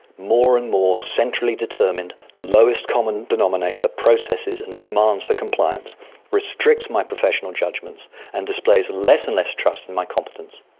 more and more centrally determined lowest common denominator processes and demands for compliance restricts my professional judgements and displays less and less trust in my competence.